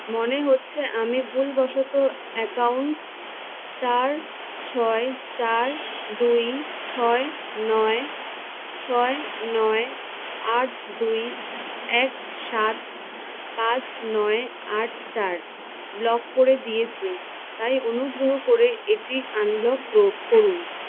মনে হচ্ছে আমি ভুলবশত অ্যাকাউন্ট চার ছয় চার দুই ছয় নয় ছয় নয় আট দুই এক সাত পাঁচ নয় আট চার ব্লক করে দিয়েছি তাই অনুগ্রহ করে এটি আনব্লক কোর করুন